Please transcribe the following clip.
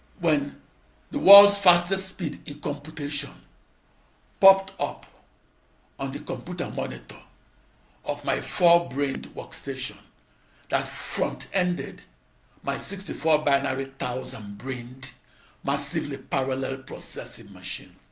when world's fastest speed in computation popped up on the computer monitor of my four-brained workstation that front-ended my sixty four binary thousand-brained massively parallel processing machine.